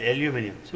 Aluminium